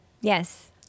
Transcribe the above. Yes